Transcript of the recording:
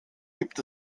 gibt